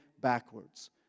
backwards